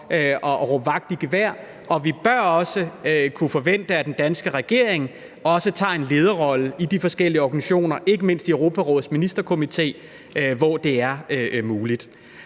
at råbe vagt i gevær. Og vi bør også kunne forvente, at den danske regering tager en lederrolle i de forskellige organisationer, ikke mindst i Europarådets Ministerkomité, hvor det er muligt.